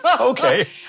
Okay